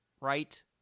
right